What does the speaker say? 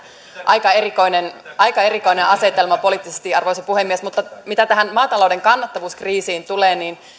aika erikoinen aika erikoinen asetelma poliittisesti arvoisa puhemies mutta mitä tähän maatalouden kannattavuuskriisiin tulee niin